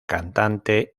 cantante